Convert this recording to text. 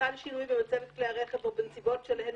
חל שינוי במצבת כלי הרכב או בנסיבות שעליהן